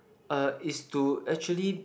uh is to actually